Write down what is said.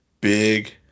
big